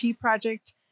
project